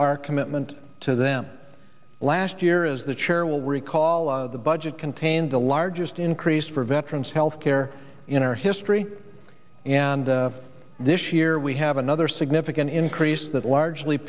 our commitment to them last year as the chair will recall of the budget contain the largest increase for veterans health care in our history and this year we have another significant increase that largely